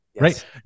right